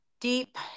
deep